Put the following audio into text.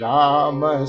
Rama